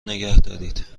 نگهدارید